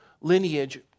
lineage